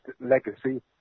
legacy